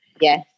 Yes